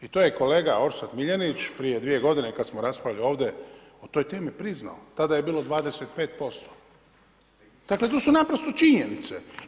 I to je kolega Orsat Miljenić prije dvije godine kada smo raspravljali ovdje o toj temi priznao, tada je bilo 25%. dakle to su naprosto činjenice.